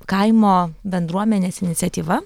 kaimo bendruomenės iniciatyva